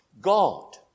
God